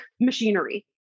machinery